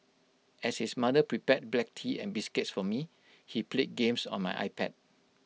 as his mother prepared black tea and biscuits for me he played games on my iPad